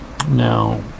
now